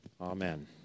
Amen